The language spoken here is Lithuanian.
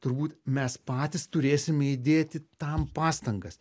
turbūt mes patys turėsime įdėti tam pastangas